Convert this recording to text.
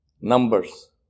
Numbers